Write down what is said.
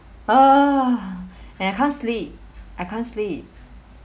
and I can't sleep I can't sleep